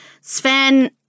sven